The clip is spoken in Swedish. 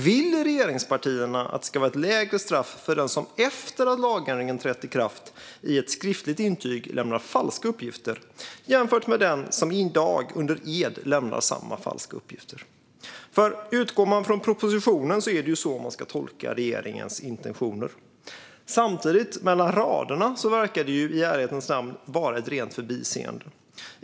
Vill regeringspartierna att det ska vara ett lägre straff för den som, efter det att lagändringen har trätt i kraft, lämnar falska uppgifter i ett skriftligt intyg än för den som i dag lämnar samma falska uppgifter under ed? Om man utgår från propositionen är det ju så man ska tolka regeringens intentioner. Samtidigt, mellan raderna, verkar det i ärlighetens namn vara ett rent förbiseende.